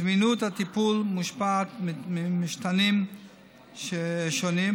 זמינות הטיפול מושפעת ממשתנים שונים,